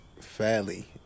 fairly